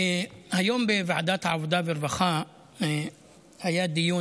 היום בוועדת העבודה והרווחה היה דיון